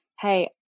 Hey